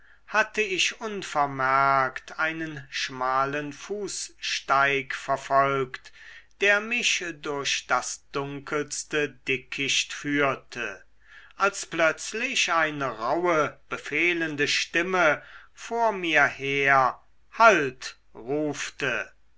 hatte ich unvermerkt einen schmalen fußsteig verfolgt der mich durch das dunkelste dickicht führte als plötzlich eine rauhe befehlende stimme vor mir her halt rufte